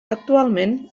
actualment